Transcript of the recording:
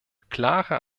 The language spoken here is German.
klare